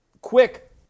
quick